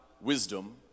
wisdom